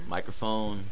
Microphone